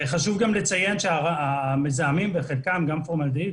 חשוב גם לציין שהמזהמים בחלקם גם פורמלדהיד,